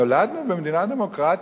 נולדנו במדינה דמוקרטית,